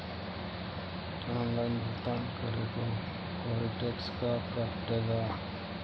Online भुगतान करे को कोई टैक्स का कटेगा?